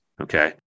Okay